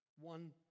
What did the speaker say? One